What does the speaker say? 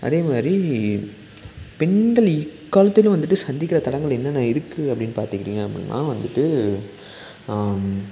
அதே மாதிரி பெண்கள் இக்காலத்துலேயும் வந்துட்டு சந்திக்கிற தடங்கல் என்னென்ன இருக்குது அப்படின்னு பார்த்துக்கிட்டிங்க அப்படின்னா வந்துட்டு